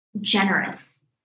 generous